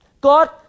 God